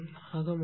ஆக மாறும்